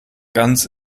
ganz